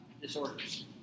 disorders